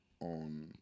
on